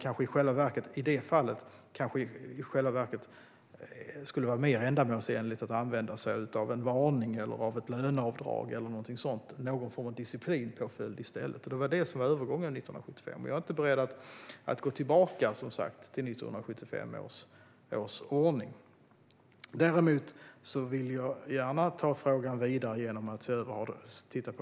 I det fallet kanske det i själva verket skulle ha varit mer ändamålsenligt att använda sig av en varning, ett löneavdrag eller någonting sådant. Det skulle bli någon form av disciplinpåföljd i stället. Det var detta övergången 1975 innebar. Jag är inte beredd att gå tillbaka till 1975 års ordning. Däremot vill jag gärna ta frågan vidare genom att se över det.